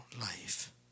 life